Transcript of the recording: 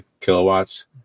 kilowatts